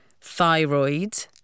thyroid